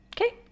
Okay